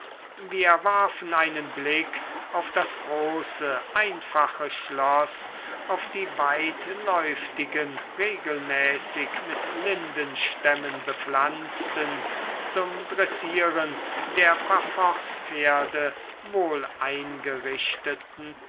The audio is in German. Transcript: wir warfen einen blick auf das große einfache schloß auf die weitläuftigen regelmäßig mit lindenstämmen bepflanzten zum dressieren der parforcepferde